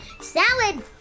Salad